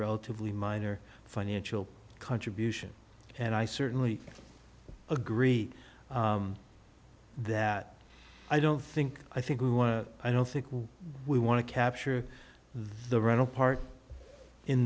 relatively minor financial contribution and i certainly agree that i don't think i think we want to i don't think what we want to capture the runnel part in